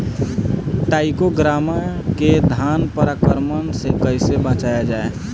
टाइक्रोग्रामा के धान पर आक्रमण से कैसे बचाया जाए?